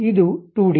ಇದು 2 ಡಿ